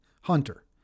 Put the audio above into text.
Hunter